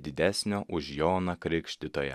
didesnio už joną krikštytoją